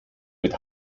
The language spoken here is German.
mit